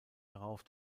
darauf